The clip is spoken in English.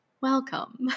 welcome